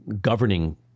governing